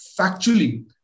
factually